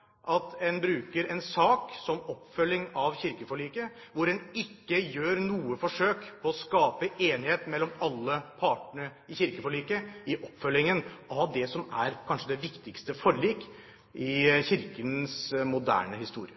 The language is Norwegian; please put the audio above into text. at dette er siste gang at en har en sak som oppfølging av kirkeforliket hvor en ikke gjør noe forsøk på å skape enighet mellom alle partene i kirkeforliket i oppfølgingen av det som kanskje er det viktigste forlik i Kirkens moderne historie.